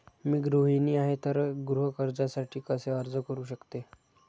मी गृहिणी आहे तर गृह कर्जासाठी कसे अर्ज करू शकते?